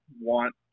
want